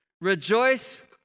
rejoice